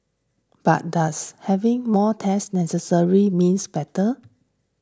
but does having more tests necessary means better